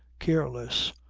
careless,